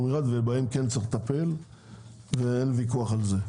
מיוחד ובהם כן צריך לטפל ואין ויכוח על זה.